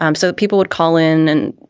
um so people would call in and,